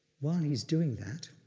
while he's doing that,